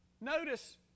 notice